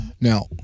Now